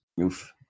Oof